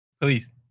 please